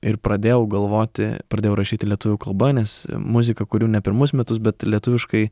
ir pradėjau galvoti pradėjau rašyti lietuvių kalba nes muziką kuriu ne pirmus metus bet lietuviškai